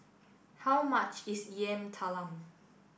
how much is Yam Talam